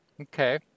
Okay